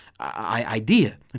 idea